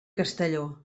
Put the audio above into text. castelló